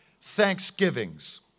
Thanksgivings